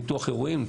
ניתוח אירועים,